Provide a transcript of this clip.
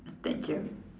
thank you